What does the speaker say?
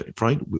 right